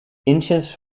inches